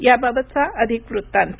याबाबतचा अधिक वृत्तांत